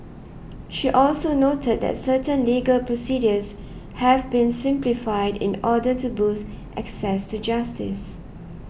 she also noted that certain legal procedures have been simplified in order to boost access to justice